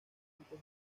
antes